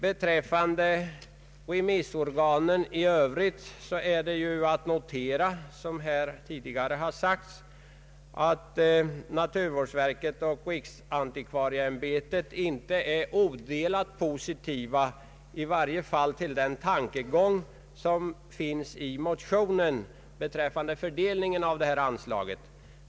Beträffande remissorganen i övrigt är att notera, som här tidigare har sagts, att naturvårdsverket och riksantikvarieämbetet inte är odelat positiva, i varje fall till den tankegång som finns i motionen beträffande fördelningen av det här anslaget.